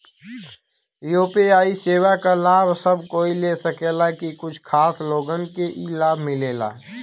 UPI सेवा क लाभ सब कोई ले सकेला की कुछ खास लोगन के ई लाभ मिलेला?